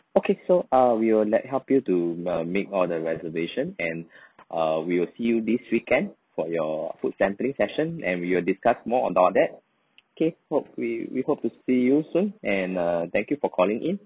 okay so uh we will let help you to uh make all the reservation and uh we will see you this weekend for your food sampling session and we will discuss more about that okay hope we we hope to see you soon and uh thank you for calling in